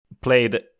played